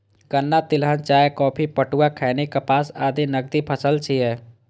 गन्ना, तिलहन, चाय, कॉफी, पटुआ, खैनी, कपास आदि नकदी फसल छियै